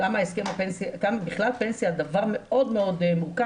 כמה בכלל פנסיה היא דבר מאוד מאוד מורכב